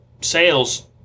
sales